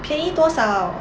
便宜多少